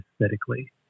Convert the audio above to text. aesthetically